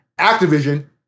Activision